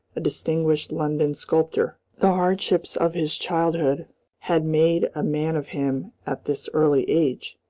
a distinguished london sculptor. the hardships of his childhood had made a man of him at this early age,